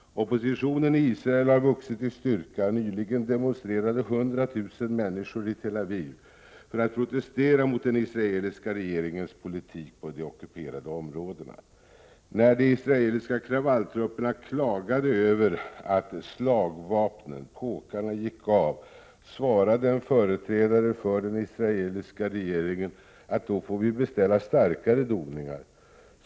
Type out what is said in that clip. Oppositionen i Israel har vuxit i styrka. Nyligen demonstrerade 100 000 människor i Tel Aviv för att protestera mot den israeliska regeringens politik på de ockuperade områdena. När de israeliska kravalltrupperna klagade över att slagvapnen, påkarna, gick av, svarade en företrädare för den israeliska regeringen att då får vi beställa starkare doningar.